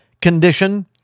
condition